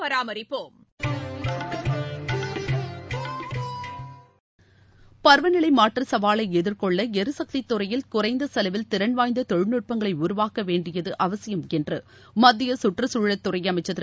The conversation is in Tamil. பருவநிலை மாற்ற சவாலை எதிர்கொள்ள எரிசக்தித் துறையில் குறைந்த செலவில் திறன் வாய்ந்த தொழில் நட்பங்களை உருவாக்க வேண்டியது அவசியம் என்று மத்திய கற்றச் தழல் துறை அமைச்சர் திரு